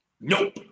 Nope